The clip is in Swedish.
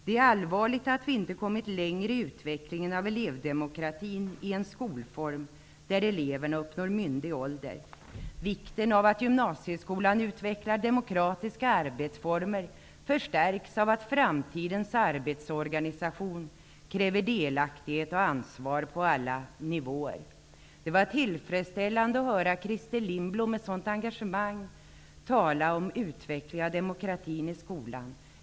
Det är allvarligt att vi inte kommit längre i utvecklingen av elevdemokratin i en skolform där eleverna uppnår myndig ålder. Vikten av att gymnasieskolan utvecklar demokratiska arbetsformer förstärks av att framtidens arbetsorganisation kräver delaktighet och ansvar på alla nivåer. Det var tillfredsställande att höra Christer Lindblom med sådant engagemang tala om utveckling av demokratin i skolan.